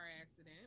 accident